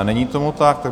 Není tomu tak.